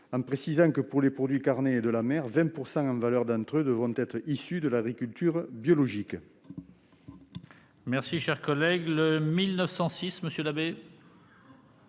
en précisant que, pour les produits carnés et de la mer, 20 % en valeur devront être issus de l'agriculture biologique.